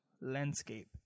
landscape